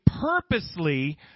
purposely